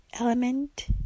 element